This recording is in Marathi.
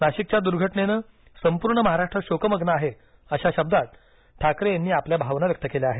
नाशिकच्या दुर्घटनेने संपूर्ण महाराष्ट्र शोकमग्न आहे अशा शब्दांत ठाकरे यांनी आपल्या भावना व्यक्त केल्या आहेत